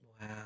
Wow